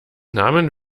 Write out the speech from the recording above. namen